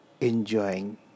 enjoying